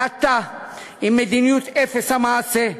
זה אתה עם מדיניות אפס המעשה,